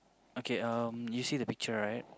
okay um you see the picture right